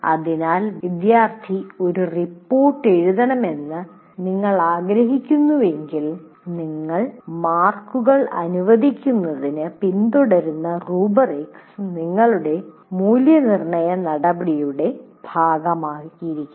അതിനാൽ വിദ്യാർത്ഥി ഒരു റിപ്പോർട്ട് എഴുതണമെന്ന് നിങ്ങൾ ആഗ്രഹിക്കുന്നുവെങ്കിൽ നിങ്ങൾ മാർക്കൂകൾ അനുവദിക്കുന്നതിന് പിന്തുടരുന്ന റുബ്രിക്സ് നിങ്ങളുടെ മൂല്യനിർണ്ണയ നടപടിയുടെ ഭാഗമായിരിക്കണം